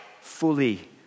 fully